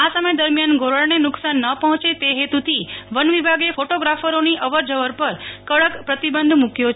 આ સમય દરમિયાન ઘોરાડને નુ કસાન ના પહોંચે તે હેતુ થી વન વિભાગે ફોટોગ્રાફરોની અવસ્જવર પર કડક પ્રતિબંધ મુ ક્યો છે